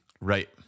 Right